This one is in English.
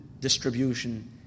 distribution